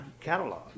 catalog